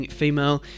female